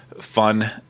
fun